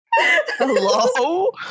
hello